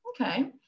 Okay